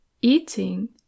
eating